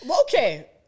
Okay